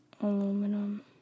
Aluminum